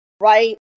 right